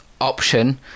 option